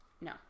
No